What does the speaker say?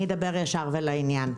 אדבר ישר ולעניין: